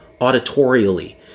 auditorially